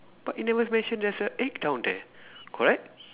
but it never mention there's an egg down there correct